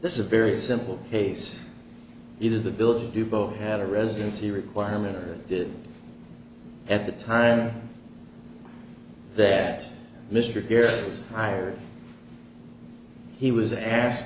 this is a very simple case either the building you both had a residency requirement or did at the time that mr here he was asked